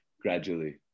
gradually